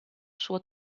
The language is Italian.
suo